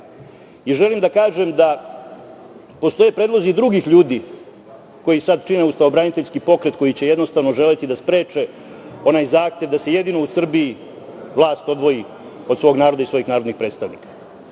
i želim da kažem da postoje predlozi drugih ljudi koji sada čine ustavobraniteljski pokret, koji će jednostavno želeti da spreče onaj zahtev da se jedino u Srbiji vlast odvoji od svog naroda i svojih narodnih predstavnika. Tako